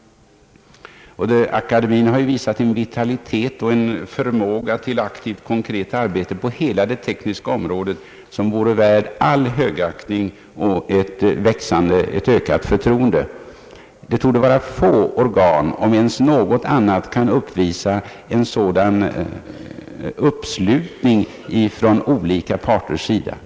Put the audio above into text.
Akademin har visat en vitalitet och en förmåga till aktivt konkret arbete på hela det tekniska fältet, som vore värd all högaktning och ett ökat förtroende. Det torde vara få organ, om ens något som kan uppvisa en sådan uppslutning från olika parters sida.